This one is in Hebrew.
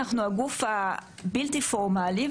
אנחנו הגוף הבלתי פורמלי,